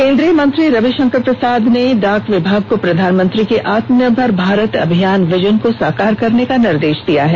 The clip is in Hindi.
केंद्रीय मंत्री रविशंकर प्रसाद ने डाक विभाग को प्रधानमंत्री के आत्मनिर्भर भारत अभियान विजन को साकार करने का निर्देश दिया है